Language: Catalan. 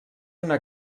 una